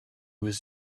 was